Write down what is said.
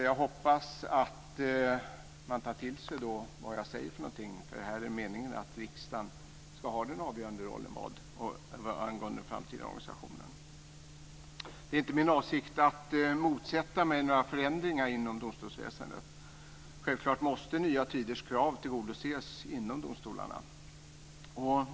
Jag hoppas då att man tar till sig vad jag säger, för meningen är att riksdagen ska ha den avgörande rollen angående den framtida organisationen. Det är inte min avsikt att motsätta mig några förändringar inom domstolsväsendet. Självklart måste nya tiders krav tillgodoses inom domstolarna.